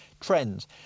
trends